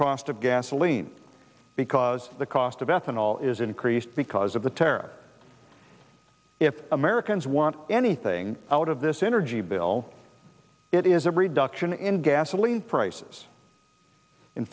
cost of gasoline because the cost of ethanol is increased because of the tariff if americans want anything out of this energy bill it is a reduction in gasoline prices in